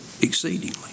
exceedingly